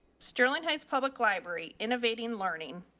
sterling heights public library innovating learning.